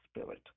Spirit